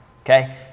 okay